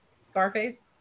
scarface